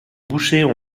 bouchers